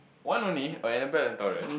one only or I am the band of Taurus